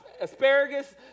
asparagus